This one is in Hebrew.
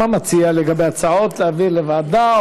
מה מציע לגבי ההצעות: להעביר לוועדה,